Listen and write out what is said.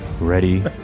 ready